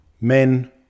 Men